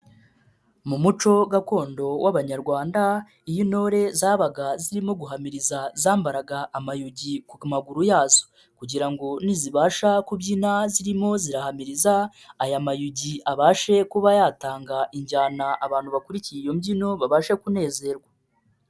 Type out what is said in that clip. Mu muco gakondo w'abanyarwanda, iyo intore zabaga zirimo guhamiriza zambaraga amayugika maguru yazo kugira ngo nizibasha kubyina zirimo zirahamiriza, aya mayogi abashe kuba yatanga injyana abantu bakurikiye iyo mbyino babasha kunezerwa.